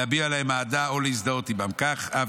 להביע אליהם אהדה או להזדהות עימם.